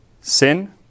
Sin